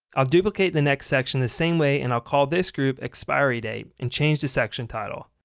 i'll duplicate the next section the same way and i'll call this group expiry date and change the section title.